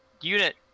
Unit